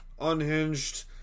unhinged